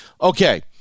okay